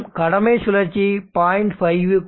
மேலும் கடமை சுழற்சி 0